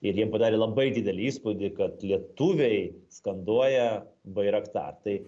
ir jiem padarė labai didelį įspūdį kad lietuviai skanduoja bairaktar tai